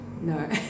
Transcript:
No